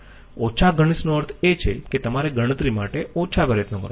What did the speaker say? ઓછા ઘનિષ્ઠ નો અર્થ એ છે કે તમારે ગણતરી માટે ઓછા પ્રયત્નો કરવા પડશે